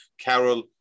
Carol